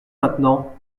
maintenant